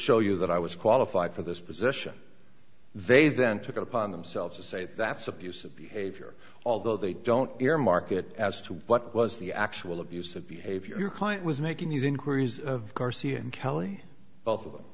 show you that i was qualified for this position they then took it upon themselves to say that that's abusive behavior although they don't bear market as to what was the actual abusive behavior your client was making these inquiries of garcia and kelly both of them